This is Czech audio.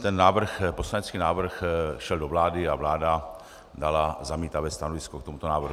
Ten poslanecký návrh šel do vlády a vláda dala zamítavé stanovisko k tomuto návrhu.